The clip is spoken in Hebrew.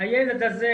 הילד הזה